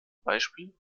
beispiel